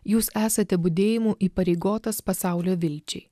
jūs esate budėjimu įpareigotas pasaulio vilčiai